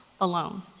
alone